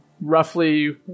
Roughly